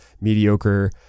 mediocre